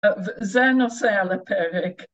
זה נושא על הפרק.